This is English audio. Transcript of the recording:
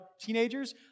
teenagers